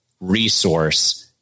resource